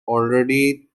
already